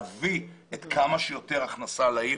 את בטח רואה את צפת בכותרות בעיתונות כדי להביא כמה שיותר הכנסה לעיר.